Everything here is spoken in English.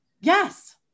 Yes